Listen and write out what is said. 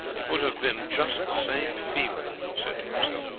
it would have been just the same feeling, he said to himself,